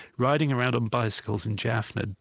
riding around on bicycles in jafna,